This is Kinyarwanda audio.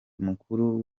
mukuru